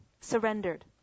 surrendered